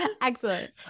Excellent